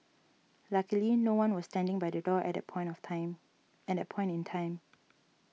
luckily no one was standing by the door at the point of time at point in time